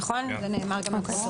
נאמר גם לפרוטוקול.